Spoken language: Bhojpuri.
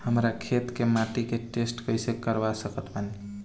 हमरा खेत के माटी के टेस्ट कैसे करवा सकत बानी?